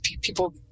people